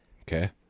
Okay